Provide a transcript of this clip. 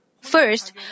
First